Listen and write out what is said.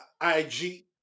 IG